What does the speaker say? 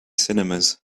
cinemas